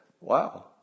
wow